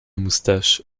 moustache